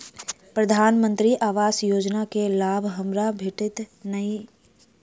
प्रधानमंत्री आवास योजना केँ लाभ हमरा भेटतय की नहि?